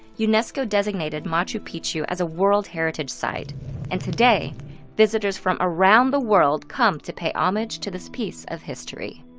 unesco designated machu picchu as a world heritage site and today visitors from around the world come to pay homage to this piece of history.